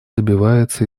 добивается